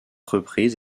reprise